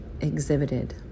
exhibited